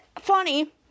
funny